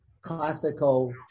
classical